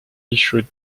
issued